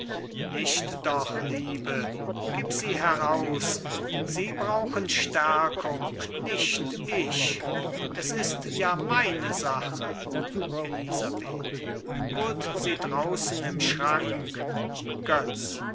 nicht doch liebe gib sie heraus sie brauchen stärkung nicht ich es ist ja meine sache elisabeth holt sie draußen im schrank götz